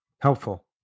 Helpful